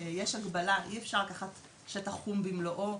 יש הגבלה ואי אפשר לקחת שטח חום במלואו.